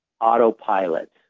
autopilot